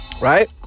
Right